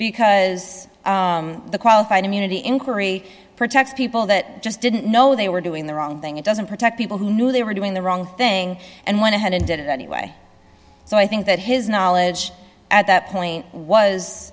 because the qualified immunity inquiry protects people that just didn't know they were doing the wrong thing it doesn't protect people who knew they were doing the wrong thing and went ahead and did it anyway so i think that his knowledge at that point was